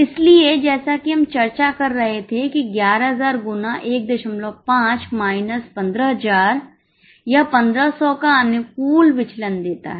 इसलिए जैसा कि हम चर्चा कर रहे थे कि 11000 गुना 15 माइनस 15000 यह 1500 का अनुकूल विचलन देता है